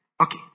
Okay